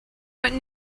what